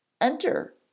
Enter